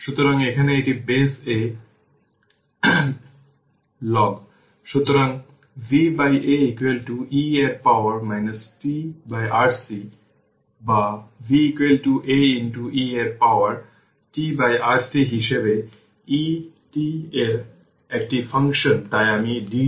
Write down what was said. সুতরাং time t 5 τ এর পরে প্রায় কোনও পরিবর্তন পাওয়া যাবে না ঠিক এটি প্রায় এই স্টাডি স্টেট